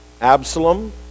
Absalom